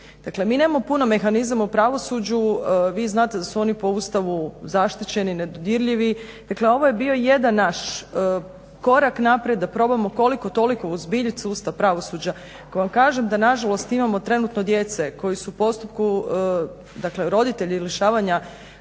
mi nemamo puno mehanizama u pravosuđu, vi znate da su oni po Ustavu zaštićeni, nedodirljivi, dakle ovo je bio jedan naš korak naprijed da probamo koliko toliko uozbiljit sustav pravosuđa. Ako vam kažem da nažalost imamo trenutno djece koja su u postupku, dakle roditelji lišavanja